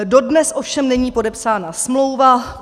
Dodnes ovšem není podepsána smlouva.